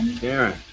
Karen